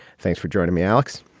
thanks for joining me, alex.